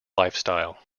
lifestyle